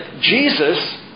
Jesus